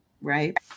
right